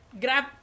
grab